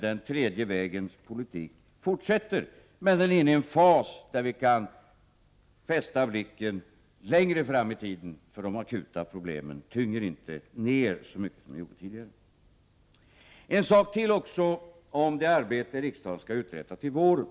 Den tredje vägens politik kan därmed fortsätta, men den är inne i en fas där vi kan fästa blicken längre fram i tiden, därför att de akuta problemen inte tynger ner så mycket som de gjorde tidigare. Jag vill säga en sak till om det arbete som riksdagen skall uträtta till våren.